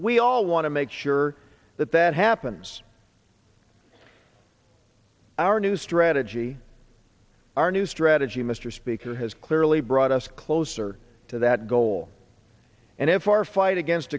we all want to make sure that that happens our new strategy our new strategy mr speaker has clearly brought us closer to that goal and if our fight against